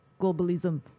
globalism